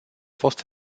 fost